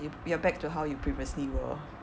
you you are back to how you previously were